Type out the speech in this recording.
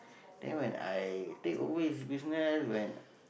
then when I take over his business when